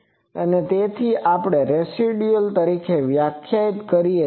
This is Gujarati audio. અને તેથી આપણે શેષ તરીકે વ્યાખ્યાયિત કરીએ છીએ